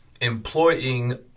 employing